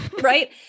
right